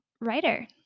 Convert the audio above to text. writer